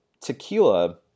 tequila